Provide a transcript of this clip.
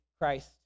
Christ